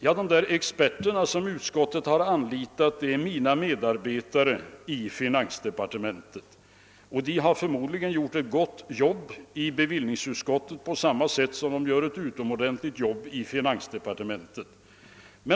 Ja, dessa experter som utskottet har anlitat är mina medarbetare i finansdepartementet, och de har förmodligen gjort ett gott jobb i bevillningsutskottet på samma sätt som de gör ett utomordentligt jobb i finansdepartementet.